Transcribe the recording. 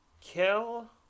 Kill